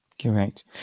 Correct